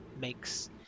makes